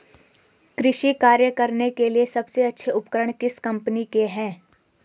कृषि कार्य करने के लिए सबसे अच्छे उपकरण किस कंपनी के हैं?